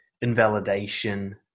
invalidation